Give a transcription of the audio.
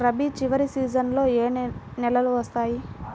రబీ చివరి సీజన్లో ఏ నెలలు వస్తాయి?